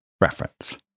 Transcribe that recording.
Reference